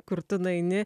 kur tu nueini